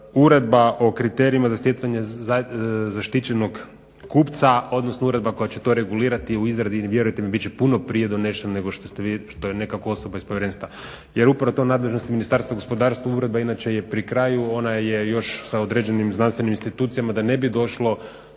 Uredba o kriterijima za stjecanje zaštićenog kupca, odnosno uredba koja će to regulirati je u izradi. Vjerujte mi bit će puno prije donešena nego što ste vi, što je nekako osoba iz povjerenstva. Jer upravo je to u nadležnosti Ministarstva gospodarstva. Uredba inače je pri kraju, ona je još sa određenim znanstvenim institucijama da ne bi došlo